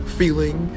feeling